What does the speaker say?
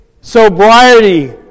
sobriety